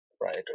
right